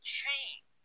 change